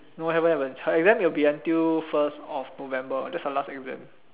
no haven't haven't her exam will be until first of november that's her last exam